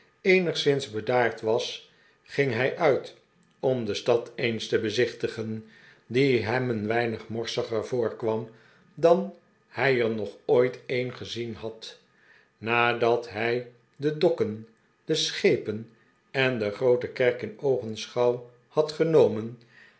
eenigszins bedaard was ging hij uit om de stad eens te bezichtigen die hem een weinig morsiger voorkwam dan hij er nog ooit een gezien had nadat hij de dokken de schepen en de groote kerk in oogenschouw had genomen